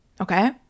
okay